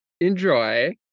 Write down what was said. Enjoy